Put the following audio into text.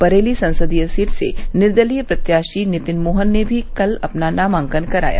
बरेली संसदीय सीट से निर्दलीय प्रत्याशी नितिन मोहन ने भी कल अपना नामांकन कराया